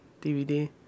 DVD